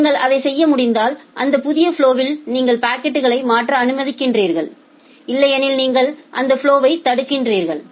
நீங்கள் அதைச் செய்ய முடிந்தால் அந்த புதிய ப்லொவில் நீங்கள் பாக்கெட்களை மாற்ற அனுமதிக்கிறீர்கள் இல்லையெனில் நீங்கள் அந்த ப்லொவை தடுக்கிறீர்கள்